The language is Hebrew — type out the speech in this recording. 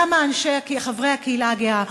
למה חברי הקהילה הגאה,